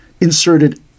inserted